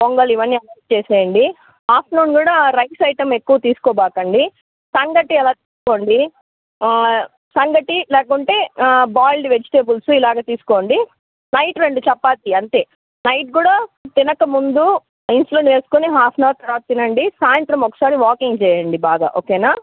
పొంగల్ ఇవన్నీ అవాయిడ్ చేసేయండి ఆఫ్టర్నూన్ కూడా రైస్ ఐటెమ్ ఎక్కువ తీసుకోబాకండి సంగటి అలా తీసుకోండి సంగటి లేకుంటే బాయిల్డ్ వెజిటబుల్స్ ఇలాగా తీసుకోండి నైట్ రెండు చపాతీ అంతే నైట్ కూడా తినకముందు ఇన్సులిన్ వేసుకుని హాఫ్ అన్ అవర్ తర్వాత తినండి సాయంత్రం ఒకసారి వాకింగ్ చేయండి బాగా ఒకేనా